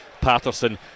Patterson